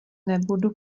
nebudu